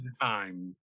time